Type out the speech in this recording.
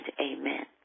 amen